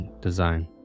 design